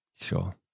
Sure